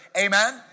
Amen